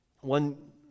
One